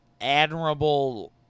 admirable